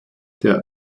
der